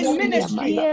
ministry